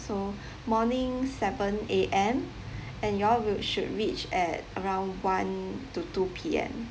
so morning seven A_M and you'll will should reach at around one to two P_M